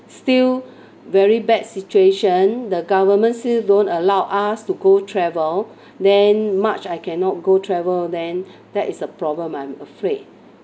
still very bad situation the government still don't allow us to go travel then march I cannot go travel then that is a problem I'm afraid